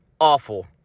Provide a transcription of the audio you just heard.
awful